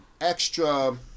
extra